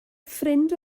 ffrind